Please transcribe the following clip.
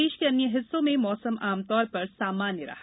प्रदेश के अन्य हिस्सों में मौसम आमतौर पर सामान्य रहा